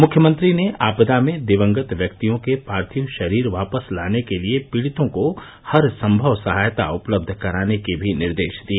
मुख्यमंत्री ने आपदा में दिवंगत व्यक्तियों के पार्थिव शरीर वापस लाने के लिए पीड़ितों को हरसंभव सहायता उपलब्ध कराने के भी निर्देश दिए